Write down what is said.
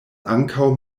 ankaŭ